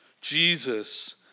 Jesus